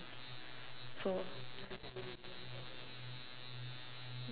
so